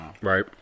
Right